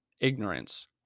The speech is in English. ignorance